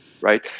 right